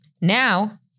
Now